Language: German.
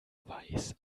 weiß